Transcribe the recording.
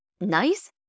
nice